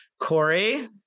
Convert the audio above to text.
Corey